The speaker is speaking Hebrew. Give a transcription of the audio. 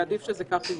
עדיף שכך יהיה.